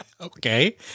Okay